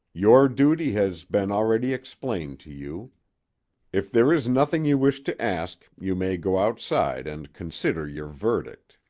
your duty has been already explained to you if there is nothing you wish to ask you may go outside and consider your verdict.